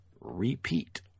repeat